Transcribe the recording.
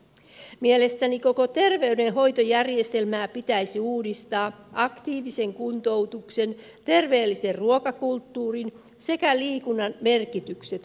mielestäni koko terveydenhoitojärjestelmää pitäisi uudistaa aktiivisen kuntoutuksen terveellisen ruokakulttuurin sekä liikunnan merkitykset huomioivaksi